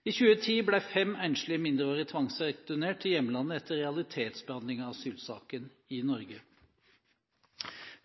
I 2010 ble fem enslige mindreårige tvangsreturnert til hjemlandet etter realitetsbehandling av asylsaken i Norge.